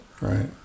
Right